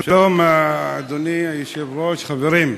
שלום, אדוני היושב-ראש, חברים,